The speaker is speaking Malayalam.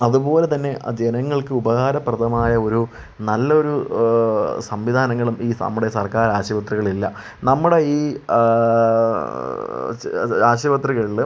അതുപോലെ തന്നെ ആ ജനങ്ങൾക്ക് ഉപകാര പ്രദമായ ഒരു നല്ലൊരു സംവിധാനങ്ങളും ഈ നമ്മുടെ സർക്കാർ ആശുപത്രികളില്ല നമ്മുടെ ഈ ആശുപത്രികളിൽ